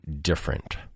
different